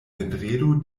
vendredo